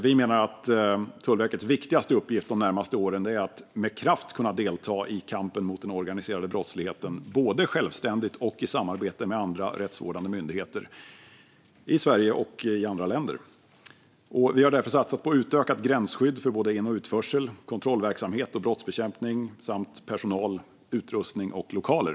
Vi menar att Tullverkets viktigaste uppgift de närmaste åren är att med kraft kunna delta i kampen mot den organiserade brottsligheten både självständigt och i samarbete med andra rättsvårdande myndigheter i Sverige och i andra länder. Därför har vi satsat på utökat gränsskydd för både in och utförsel, kontrollverksamhet och brottsbekämpning samt personal, utrustning och lokaler.